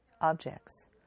objects